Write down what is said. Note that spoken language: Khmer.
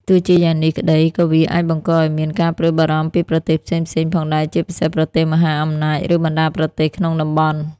ទោះជាយ៉ាងនេះក្តី ក៏វាអាចបង្កឱ្យមានការព្រួយបារម្ភពីប្រទេសផ្សេងៗផងដែរ ជាពិសេសប្រទេសមហាអំណាច ឬបណ្តាប្រទេសក្នុងតំបន់។